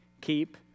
Keep